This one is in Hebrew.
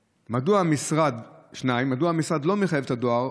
2. מדוע המשרד לא מחייב את הדואר,